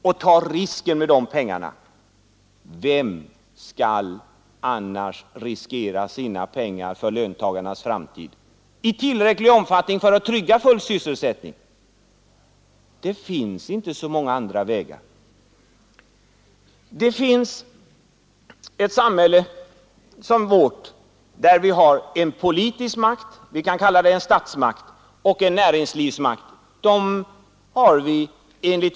Och tag risker med de pengarna! Vem skall annars i tillräcklig omfattning riskera sina pengar för löntagarnas framtid och för att trygga den fulla sysselsättningen? I ett samhälle som vårt har vi en politisk makt — vi kan kalla det för en statsmakt — och en näringslivsmakt.